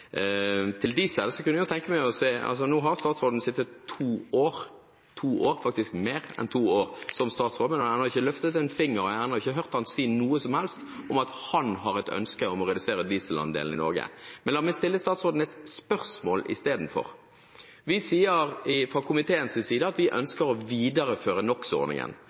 Til diesel: Nå har statsråden altså sittet mer enn to år som statsråd, men han har ennå ikke løftet en finger for, og jeg har ikke hørt han si noe som helst om at han har et ønske om å redusere dieselandelen i Norge. La meg stille statsråden et spørsmål isteden: Vi sier fra komiteens side at vi ønsker å videreføre